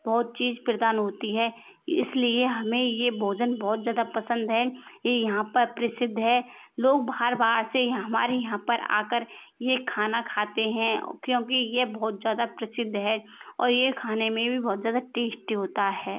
बहुत चीज़ प्रदान होती है इस लिए हमें ये भोजन बहुत ज़्यादा पसंद है ये यहाँ पर प्रसिद्ध है लोग बाहर बाहर से यहाँ हमारे यहाँ पर आ कर ये खाना खाते हैं क्योंकि ये बहुत ज़्यादा प्रसिद्ध है और ये खाने में भी बहुत ज़्यादा टेस्टी होता है